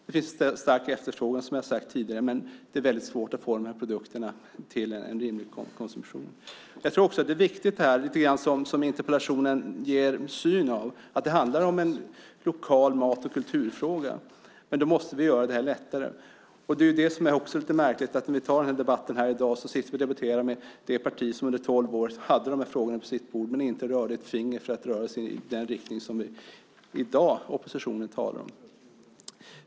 Det finns en stark efterfrågan, som jag har sagt tidigare, men det är väldigt svårt att få de här produkterna till en rimlig konsumtion. Jag tror också att det, som interpellationen tar upp, handlar om en lokal mat och kulturfråga, men vi måste göra det lättare. Det är lite märkligt att vi i den här debatten i dag debatterar med det parti som under tolv år hade de här frågorna på sitt bord men inte rörde ett finger för att röra sig i den riktning som oppositionen i dag talar om.